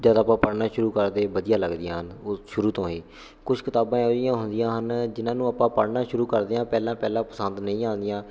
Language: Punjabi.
ਜਦ ਆਪਾਂ ਪੜ੍ਹਨਾ ਸ਼ੁਰੂ ਕਰਦੇ ਵਧੀਆ ਲੱਗਦੀਆਂ ਹਨ ਉਹ ਸ਼ੁਰੂ ਤੋਂ ਹੀ ਕੁਝ ਕਿਤਾਬਾਂ ਇਹੋ ਜਿਹੀਆ ਹੁੰਦੀਆਂ ਹਨ ਜਿੰਨਾਂ ਨੂੰ ਆਪਾਂ ਪੜ੍ਹਨਾ ਸ਼ੁਰੂ ਕਰਦੇ ਹਾਂ ਪਹਿਲਾਂ ਪਹਿਲਾਂ ਪਸੰਦ ਨਹੀਂ ਆਉਂਦੀਆਂ